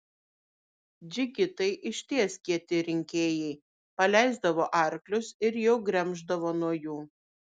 džigitai iš ties kieti rinkėjai paleisdavo arklius ir jau gremždavo nuo jų